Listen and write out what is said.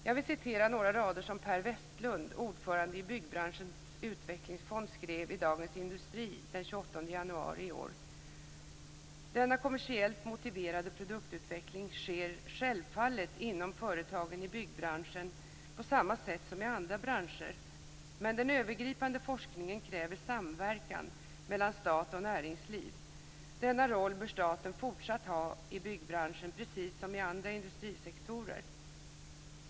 Jag vill citera några rader som Per Westlund, ordförande i Byggbranschens utvecklingsfond, skrev i "Denna kommersiellt motiverade produktutveckling sker självfallet inom företagen i byggbranschen på samma sätt som i andra branscher, men den övergripande forskningen kräver samverkan mellan stat och näringsliv. Denna roll bör staten fortsatt ha i byggbranschen precis som i andra industrisektorer.